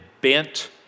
bent